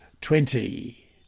twenty